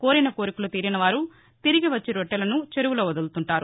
కోరిన కోర్కెలు తీరినవారు తిరిగివచ్చి రొట్టెలను చెరువులో వదులుతుంటారు